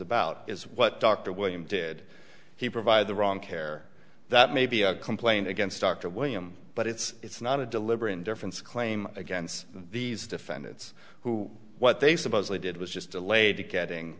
about is what dr william did he provide the wrong care that may be a complaint against dr william but it's not a deliberate indifference claim against these defendants who what they supposedly did was just delayed getting